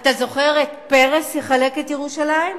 אתה זוכר את "פרס יחלק את ירושלים"?